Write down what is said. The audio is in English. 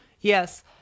Yes